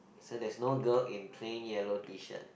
so there's no girl in plain yellow T shirt